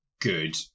good